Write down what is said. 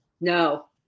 No